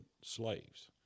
slaves